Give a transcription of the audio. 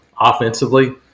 Offensively